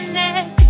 neck